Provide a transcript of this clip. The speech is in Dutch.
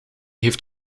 heeft